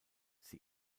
sie